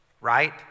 Right